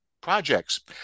projects